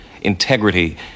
Integrity